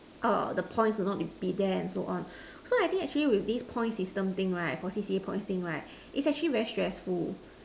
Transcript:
err the points will not be there and so on so I think actually with this points system thing right for C_C_A points thing right is actually very stressful